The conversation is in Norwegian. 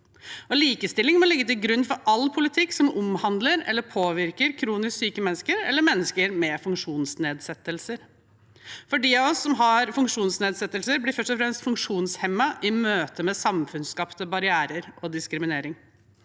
Likestilling må ligge til grunn for all politikk som omhandler eller påvirker kronisk syke mennesker eller mennesker med funksjonsnedsettelser. De av oss som har funksjonsnedsettelser, blir først og fremst funksjonshemmede i møte med samfunnsskapte barrierer og diskriminering.